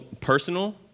personal